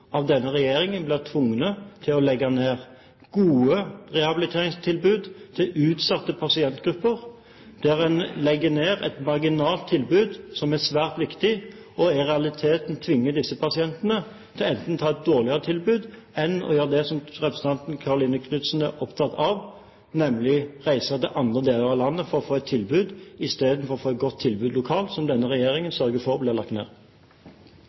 av denne regjeringen blir tvunget til å legge ned gode rehabiliteringstilbud til utsatte pasientgrupper. En legger ned et marginalt tilbud som er svært viktig. I realiteten tvinger man disse pasientene til enten å ta et dårligere tilbud eller å gjøre det representanten Tove Karoline Knutsen er opptatt av, nemlig å reise til andre deler av landet for å få et tilbud – istedenfor å få et godt tilbud lokalt, som denne regjeringen sørger for blir lagt ned.